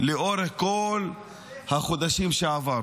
לאורך כל החודשים שעברו.